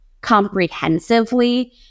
comprehensively